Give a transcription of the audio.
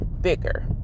bigger